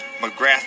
McGrath